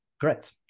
Correct